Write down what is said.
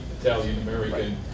Italian-American